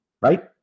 right